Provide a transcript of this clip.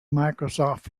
microsoft